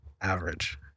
Average